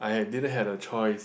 I had didn't had a choice